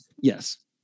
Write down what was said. yes